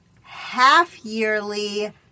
half-yearly